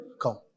Come